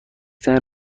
ترین